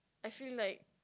I feel like